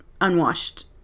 unwashed